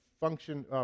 function